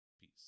Peace